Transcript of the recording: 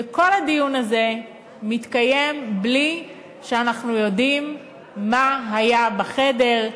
וכל הדיון הזה מתקיים בלי שאנחנו יודעים מה היה בחדר,